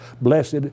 blessed